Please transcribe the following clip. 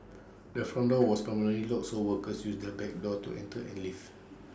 the front door was permanently locked so workers used the back door to enter and leave